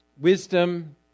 wisdom